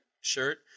shirt